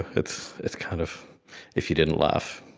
it's it's kind of if you didn't laugh,